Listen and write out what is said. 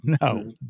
no